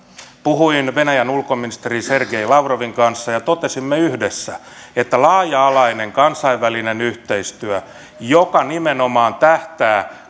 puhuin venäjän ulkoministeri sergei lavrovin kanssa ja totesimme yhdessä että laaja alainen kansainvälinen yhteistyö joka nimenomaan tähtää